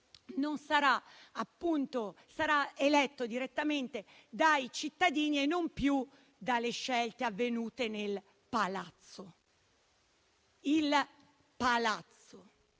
Consiglio sarà eletto direttamente dai cittadini e non più dalle scelte avvenute nel Palazzo, il Palazzo;